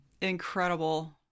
Incredible